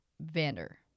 Vander